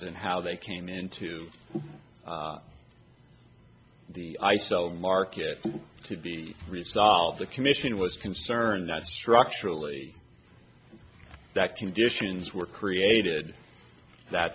and how they came into the i seldom market to be resolved the commission was concerned that structurally that conditions were created that